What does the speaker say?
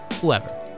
whoever